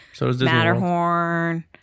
Matterhorn